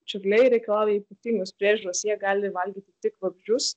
čiurliai reikalauja ypatingos priežiūros jie gali valgyti tik vabzdžius